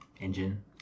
engine